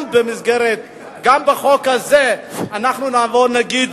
גם בחוק הזה נגיד